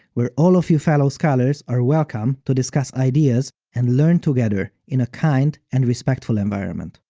where all of you fellow scholars are welcome to discuss ideas and learn together in a kind and respectful environment.